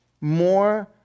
more